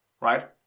right